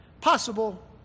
Possible